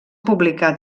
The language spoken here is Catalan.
publicar